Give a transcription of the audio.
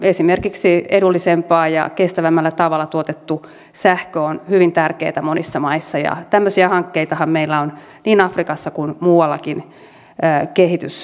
esimerkiksi edullisempi ja kestävämmällä tavalla tuotettu sähkö on hyvin tärkeätä monissa maissa ja tämmöisiä hankkeitahan meillä on niin afrikassa kuin muuallakin kehitysmaissa